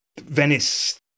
Venice